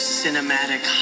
cinematic